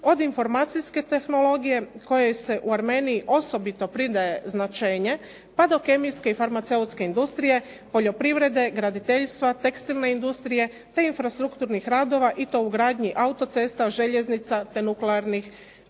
od informacijske tehnologije kojoj se u Armeniji osobito pridaje značenje pa do kemijske i farmaceutske industrije, poljoprivrede, graditeljstva, tekstilne industrije te infrastrukturnih radova i to u gradnji auto cesta željeznica, te nuklearnih centrala.